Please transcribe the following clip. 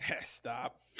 Stop